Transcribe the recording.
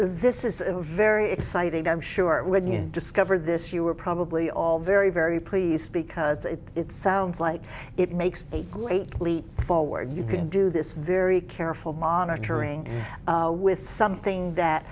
this is very exciting i'm sure when you discover this you are probably we all very very pleased because it sounds like it makes a great leap forward you can do this very careful monitoring with something that